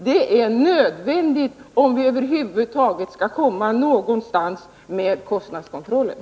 Det är nödvändigt om vi över huvud taget skall komma någonstans med kostnadskontrollen.